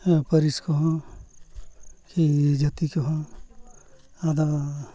ᱯᱟᱹᱨᱤᱥ ᱠᱚᱦᱚᱸ ᱠᱤ ᱡᱟᱹᱛᱤ ᱠᱚᱦᱚᱸ ᱟᱫᱚ